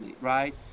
right